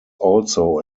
also